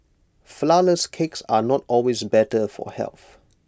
Flourless Cakes are not always better for health